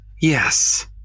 Yes